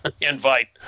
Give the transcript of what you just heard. invite